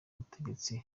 ubutegetsi